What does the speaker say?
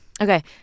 Okay